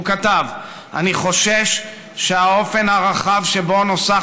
הוא כתב: "אני חושש שהאופן הרחב שבו נוסח